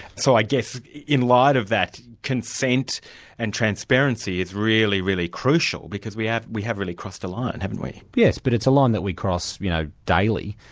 so i guess in light of that, consent and transparency is really, really crucial, because we have we have really crossed a line, haven't we? yes, but it's a line that we cross you know daily,